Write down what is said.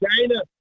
China